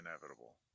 inevitable